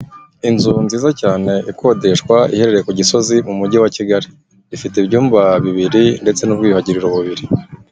Inzu nziza cyane ikodeshwa iherereye ku Gisozi mu mujyi wa Kigali, ifite ibyumba bibiri ndetse n'ubwiyuhagiriro bubiri.